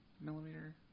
millimeter